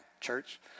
church